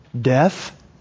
death